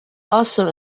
also